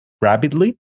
rapidly